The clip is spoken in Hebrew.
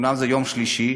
אומנם זה יום שלישי,